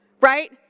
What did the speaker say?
Right